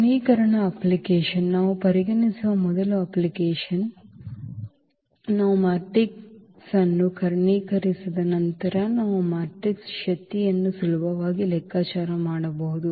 ಕರ್ಣೀಕರಣ application ನಾವು ಪರಿಗಣಿಸುವ ಮೊದಲ ಅಪ್ಲಿಕೇಶನ್ ನಾವು ಮ್ಯಾಟ್ರಿಕ್ಸ್ ಅನ್ನು ಕರ್ಣೀಕರಿಸಿದ ನಂತರ ನಾವು ಮ್ಯಾಟ್ರಿಕ್ಸ್ನ ಶಕ್ತಿಯನ್ನು ಸುಲಭವಾಗಿ ಲೆಕ್ಕಾಚಾರ ಮಾಡಬಹುದು